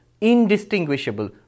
indistinguishable